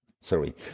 Sorry